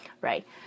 right